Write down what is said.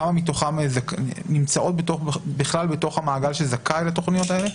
כמה מתוכם נמצאות בכלל בתוך המעגל של זכאות לתוכניות האלה?